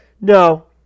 No